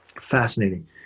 Fascinating